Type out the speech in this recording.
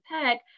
Tech